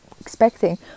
expecting